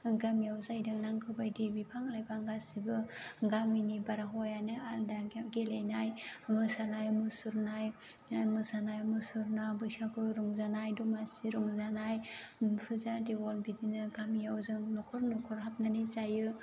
गामियाव जाहैदों नांगौ बायदि बिफा लाइफां गासिबो गामिनि बारहावायानो आलदा गेलेनाय मोसानाय मुसुरनाय मोसाना मुसुरना बैसागु रंजानाय दमासि रंजानाय फुजा देवल बिदिनो गामियाव जों नखर नखर हाबनानै जायो